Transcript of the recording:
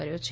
કર્યો છે